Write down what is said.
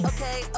Okay